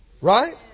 Right